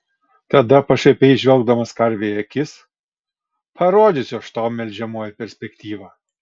tada pašaipiai žvelgdamas karvei į akis parodysiu aš tau melžiamoji perspektyvą